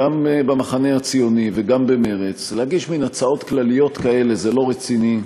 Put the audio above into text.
גם במחנה הציוני וגם במרצ: להגיש מין הצעות כלליות כאלה זה לא רציני.